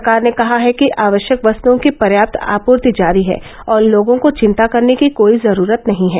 सरकार ने कहा है कि आवश्यक वस्तओं की पर्याप्त आपूर्ति जारी है और लोगों को चिंता करने की कोई जरूरत नहीं है